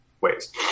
ways